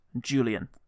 Julian